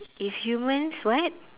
if humans what